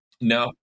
No